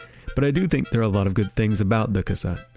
but i do think there are a lot of good things about the cassette.